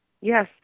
Yes